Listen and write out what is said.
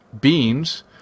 beans